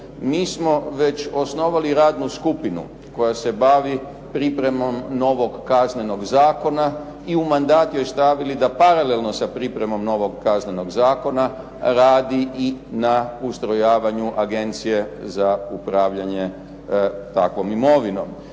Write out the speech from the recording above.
Mi smo već osnovali radnu skupinu koja se bavi pripremom novog Kaznenog zakona i u mandat joj stavili da paralelno sa pripremom novog Kaznenog zakona radi i na ustrojavanju agencije za upravljanje takvog imovinom.